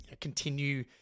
continue